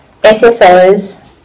SSOs